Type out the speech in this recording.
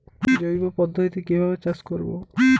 জৈব পদ্ধতিতে কিভাবে চাষ করব?